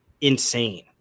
insane